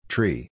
Tree